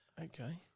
Okay